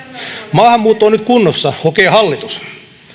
maahanmuutto on nyt kunnossa hokee hallitus